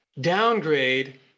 downgrade